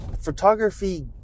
photography